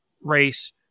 race